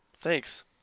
Thanks